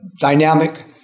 dynamic